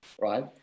right